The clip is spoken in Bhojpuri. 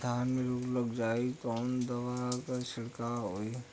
धान में रोग लग जाईत कवन दवा क छिड़काव होई?